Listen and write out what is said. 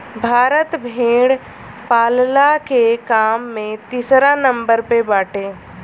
भारत भेड़ पालला के काम में तीसरा नंबर पे बाटे